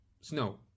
snow